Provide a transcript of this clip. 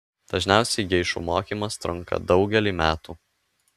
dažniausiai geišų mokymas trunka daugelį metų